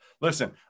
listen